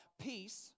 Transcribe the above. peace